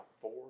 four